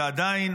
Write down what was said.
ועדיין